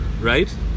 right